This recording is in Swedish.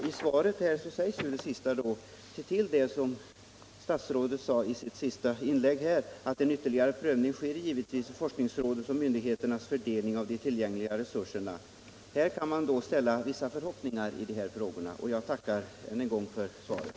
I slutet av sitt svar säger utbildningsministern: ”En ytterligare prövning sker givetvis vid forskningsrådens och myndigheternas fördelning av de tillgängliga resurserna.” Detta tillsammans med vad utbildningsministern sade i sin replik gör att man kan ha vissa förhoppningar i denna fråga. Jag tackar för de besked jag fått.